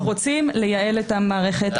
אנחנו רוצים לייעל את המערכת,